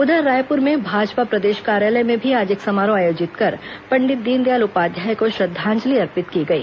उधर रायपुर में भाजपा प्रदेश कार्यालय में भी आज एक समारोह आयोजित कर पंडित दीनदयाल उपाध्याय को श्रद्धांजलि अर्पित की गई